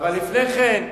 תשים אותו,